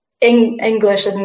English